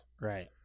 Right